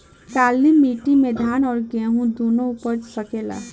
काली माटी मे धान और गेंहू दुनो उपज सकेला?